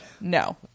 No